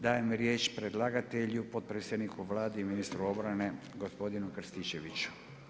Dajem riječ predlagatelju, potpredsjedniku Vlade i ministru obrane gospodinu Krstičeviću.